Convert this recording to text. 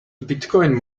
bitcoin